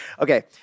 Okay